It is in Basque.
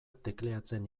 tekleatzen